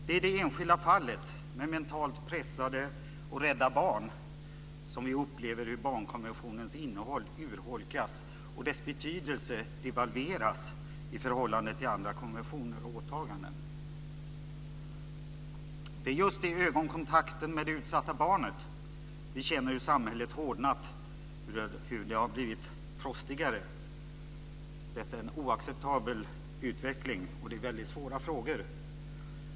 Det är i det enskilda fallet, med mentalt pressade och rädda barn, som vi upplever hur barnkonventionens innehåll urholkas och dess betydelse devalveras i förhållande till andra konventioner och åtaganden. Det är just i ögonkontakten med det utsatta barnet som vi känner hur samhället hårdnat, hur det har blivit frostigare. Detta är en oacceptabel utveckling, och det är väldigt svåra frågor.